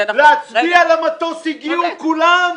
להצביע למטוס הגיעו כולם.